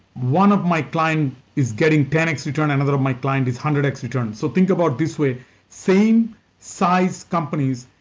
one of my client is getting ten x return, another of my client is one hundred x return. so think about this way same size companies,